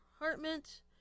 apartment